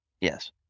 Yes